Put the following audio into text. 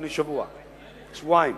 לפני שבוע-שבועיים.